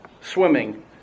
swimming